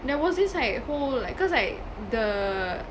there was this like whole like cause like the